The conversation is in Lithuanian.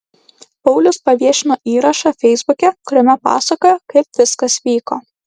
paulius paviešino įrašą feisbuke kuriame papasakojo kaip viskas vyko